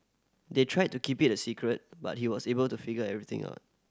they tried to keep it a secret but he was able to figure everything out